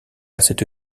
cette